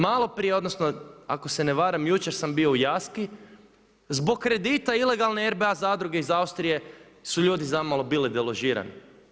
Malo prije odnosno ako se ne varam jučer sam bio u Jaski zbog kredita ilegalne RBA zadruge iz Austrije su ljudi zamalo bili deložirani.